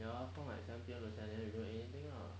ya fast like seven to seven the you don't eat anything lah